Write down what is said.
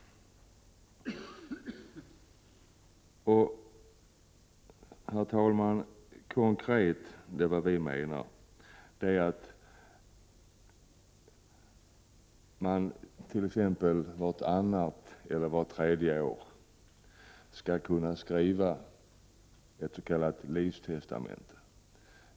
Herr talman! Konkret menar vi att en människa vart annat eller vart tredje år skall kunna skriva ett s.k. livstestamente.